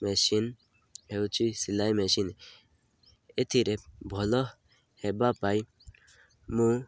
machine ହେଉଚି ସିଲାଇ machine ଏଥିରେ ଭଲ ହେବା ପାଇଁ ମୁଁ